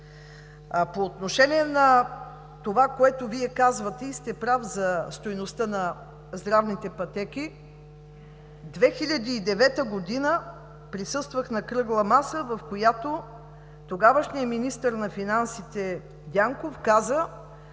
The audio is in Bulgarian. По отношение на това, което Вие казвате, и сте прав за стойността на здравните пътеки – през 2009 г. присъствах на кръгла маса, на която тогавашният министър на финансите Дянков каза: